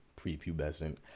prepubescent